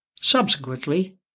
Subsequently